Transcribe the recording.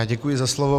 Děkuji za slovo.